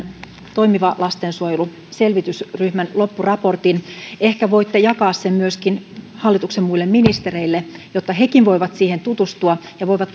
toimiva lastensuojelu selvitysryhmän loppuraportin ehkä voitte jakaa sen myöskin hallituksen muille ministereille jotta hekin voivat siihen tutustua ja voivat